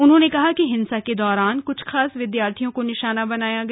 उन्होंने कहा कि हिंसा के दौरान कुछ खास विद्यार्थियों को निशाना बनाया गया